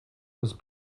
was